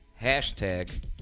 Hashtag